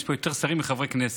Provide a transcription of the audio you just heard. יש פה יותר שרים מחברי כנסת.